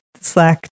Slack